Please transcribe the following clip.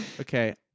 okay